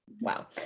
Wow